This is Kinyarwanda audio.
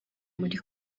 muri